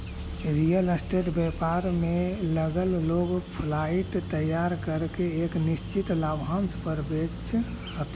real state व्यापार में लगल लोग फ्लाइट तैयार करके एक निश्चित लाभांश पर बेचऽ हथी